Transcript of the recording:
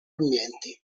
ambienti